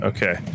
Okay